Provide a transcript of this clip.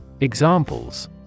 Examples